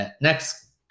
Next